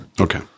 Okay